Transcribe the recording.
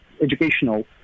educational